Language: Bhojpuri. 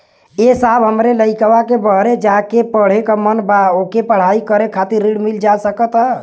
ए साहब हमरे लईकवा के बहरे जाके पढ़े क मन बा ओके पढ़ाई करे खातिर ऋण मिल जा सकत ह?